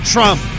Trump